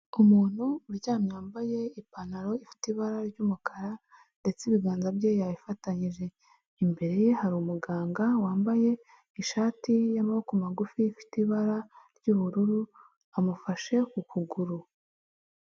Umuntu uryamye yambaye ipantaro ifite ibara ry'umukara ndetse ibiganza bye yabifatanyije, imbere ye hari umuganga wambaye ishati y'amaboko magufi ifite ibara ry'ubururu amufashe ku kuguru.